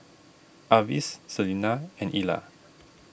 Avis Selina and Ila